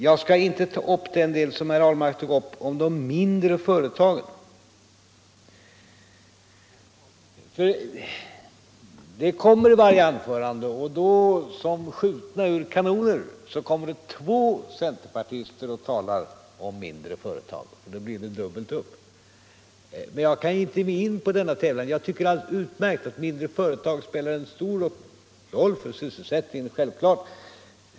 Jag skall inte ta upp den del där herr Ahlmark berörde de mindre företagen. Det kommer i varje anförande och som skjutna ur kanoner kommer det två centerpartister och talar om mindre företag, och då blir det dubbelt upp. Jag kan inte ge mig in på denna tävlan. De mindre företagen spelar en stor roll för sysselsättningen, det är självklart.